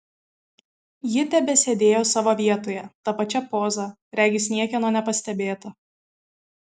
ji tebesėdėjo savo vietoje ta pačia poza regis niekieno nepastebėta